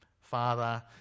Father